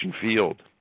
field